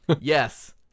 Yes